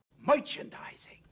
Merchandising